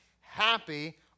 Happy